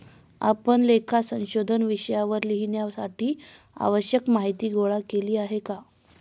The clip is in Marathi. आपण लेखा संशोधन विषयावर लिहिण्यासाठी आवश्यक माहीती गोळा केली आहे का?